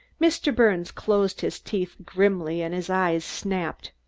mr. birnes closed his teeth grimly and his eyes snapped.